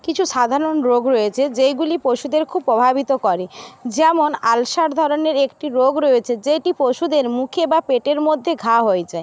কিছু সাধারণ রোগ রয়েছে যেইগুলি পশুদের খুব প্রভাবিত করে যেখন আলসার ধরনের একটি রোগ রয়েছে যেটি পশুদের মুখে বা পেটের মধ্যে ঘা হয়ে যায়